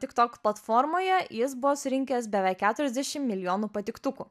tiktok platformoje jis buvo surinkęs beveik keturiasdešim milijonų patiktukų